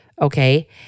okay